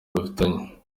dufitanye